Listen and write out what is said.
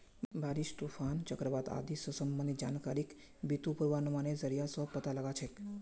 बारिश, तूफान, चक्रवात आदि स संबंधित जानकारिक बितु पूर्वानुमानेर जरिया स पता लगा छेक